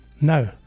No